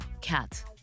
cat